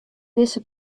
dizze